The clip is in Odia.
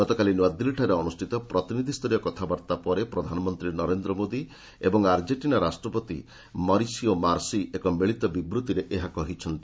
ଗତକାଲି ନୂଆଦିଲ୍ଲୀଠାରେ ଅନୁଷ୍ଠିତ ପ୍ରତିନିଧିଷ୍ଠରୀୟ କଥାବାର୍ତ୍ତା ପରେ ପ୍ରଧାନମନ୍ତ୍ରୀ ନରେନ୍ଦ୍ର ମୋଦି ଏବଂ ଆର୍ଜେକ୍ଟିନା ରାଷ୍ଟ୍ରପତି ମରିସିଓ ମାର୍ସି ଏକ ମିଳିତ ବିବୃଭିରେ ଏହା କହିଛନ୍ତି